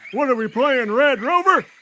what are we playing? red rover?